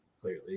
clearly